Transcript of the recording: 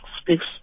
speaks